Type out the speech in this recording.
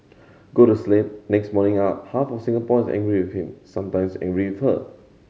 go to sleep next morning up half of Singapore is angry with him sometimes angry with her